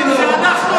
לך אכפת רק,